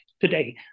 today